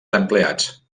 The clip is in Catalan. empleats